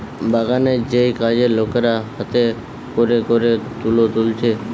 বাগানের যেই কাজের লোকেরা হাতে কোরে কোরে তুলো তুলছে